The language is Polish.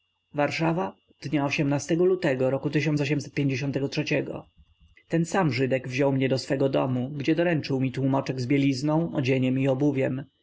warszawa dnia lutego r ten sam żydek wziął mnie do swego domu gdzie doręczył mi tłómoczek z bielizną odzieniem i obuwiem